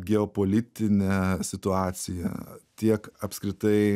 geopolitinę situaciją tiek apskritai